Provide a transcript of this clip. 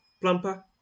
Plumper